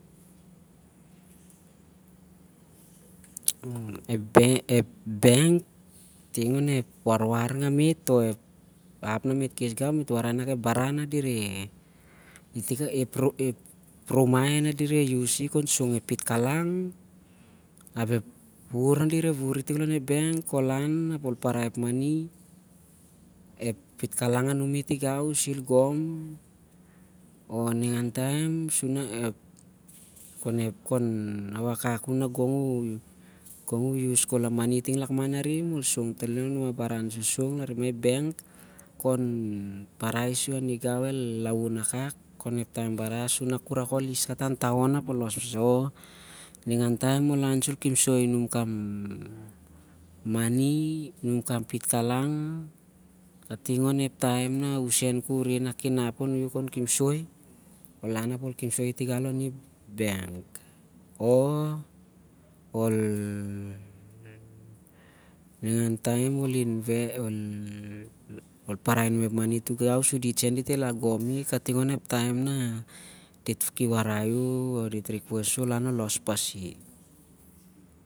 Ep bank ting onep warwar nga me't di- reh warai kanak ep rumai nah direh reh so'bg ep pitkalang anlon. Ep wuvur nah di- reh wuri ting lon- ep bank, ol lan ap ol parai ep pitkalang anumi, tingau suan el gom mah ningan taem. Khon awakak u na gong u- basi khol a mani ting lakman arim. Ep baran so'song tari. larmana ep beng ol parai sur aningau el laun akak khon ep kirai barah sur ol kipsoi num kam pitkalang, kating onep taem nah usen u reh nah ku- nap khon kimsoi. Ol lan ap ol kipsoi ting loni ep beng o ningan taim ol parai num ep pitkalang sur dit sen dit el agomi ap ol lan- ol- los pasi